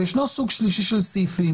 ישנו סוג של שלישי של סעיפים,